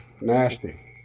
nasty